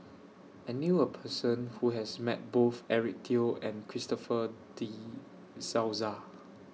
I knew A Person Who has Met Both Eric Teo and Christopher De Souza